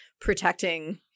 protecting